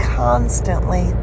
constantly